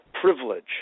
privilege